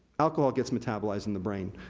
alcohol gets metabolized in the brain,